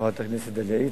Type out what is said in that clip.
חברת הכנסת דליה איציק,